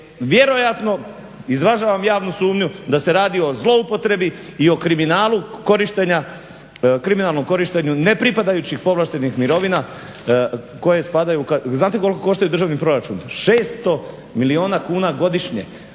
vjerojatno izražavam javnu sumnju da se radi o zloupotrebi i o kriminalu korištenja, kriminalnom korištenju nepripadajućih povlaštenih mirovina koje spadaju, znate koliko koštaju državni proračun, 600 milijuna kuna godišnje.